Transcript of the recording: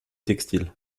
textile